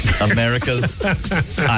America's